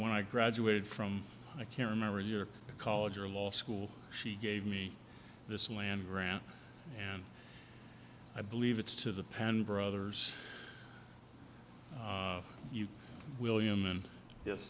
when i graduated from i can't remember a year of college or law school she gave me this man grant and i believe it's to the penn brothers you william and yes